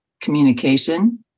Communication